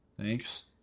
Thanks